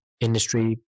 industry